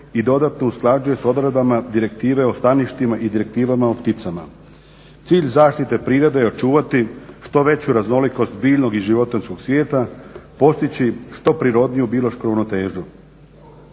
i dodatno usklađuje s odredbama Direktive o staništima i Direktivama o pticama. Cilj zaštite prirode je očuvati što veću raznolikost biljnog i životinjskog svijeta, postići što prirodniju biološku ravnotežu.